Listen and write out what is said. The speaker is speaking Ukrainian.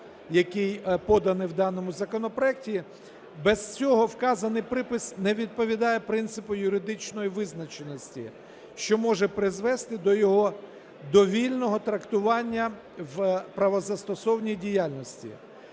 який поданий в даному законопроекті. Без цього вказаний припис не відповідає принципу юридичної визначеності, що може призвести до його довільного трактування в правозастосовній діяльності.